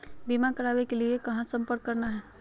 बीमा करावे के लिए कहा संपर्क करना है?